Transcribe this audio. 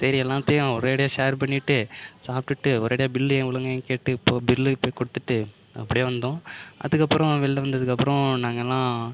சரி எல்லாத்தையும் ஒரே அடியாக ஷேர் பண்ணிகிட்டு சாப்பிட்டுட்டு ஒரே அடியாக பில்லையும் எவ்ளோங்க கேட்டு இப்போது பில்லு போய் கொடுத்துட்டு அப்டியே வந்தோம் அதுக்கப்புறம் வெளில வந்ததுக்கப்புறம் நாங்கள்லாம்